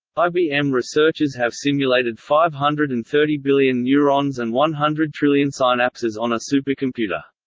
ibm researchers have simulated five hundred and thirty billion neurons and one hundred trillion synapses on a supercomputer.